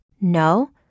No